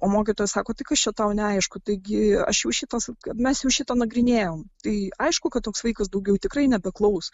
o mokytojai sako tai kas čia tau neaišku taigi aš jau šitą sak mes jau šitą nagrinėjom tai aišku kad toks vaikas daugiau tikrai nepaklaus